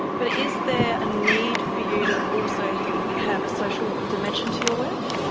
but is there a need for you to also have a social dimension to your work?